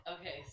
Okay